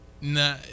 no